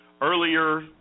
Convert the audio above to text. earlier